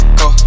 go